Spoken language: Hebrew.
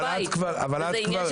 אבל את כבר, בדיוק.